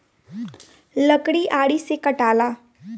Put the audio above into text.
लकड़ी आरी से कटाला